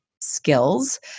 skills